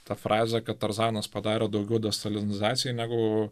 ta frazė kad tarzanas padarė daugiau destalinizacijai negu